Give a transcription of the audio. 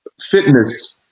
fitness